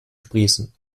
sprießen